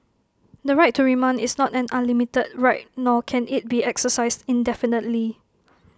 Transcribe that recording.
the right to remand is not an unlimited right nor can IT be exercised indefinitely